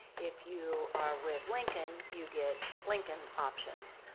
if you are with lincoln, you get lincoln options,